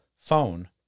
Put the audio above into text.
phone